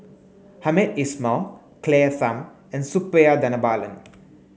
Hamed Ismail Claire Tham and Suppiah Dhanabalan